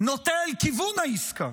נוטה לכיוון העסקה?